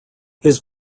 his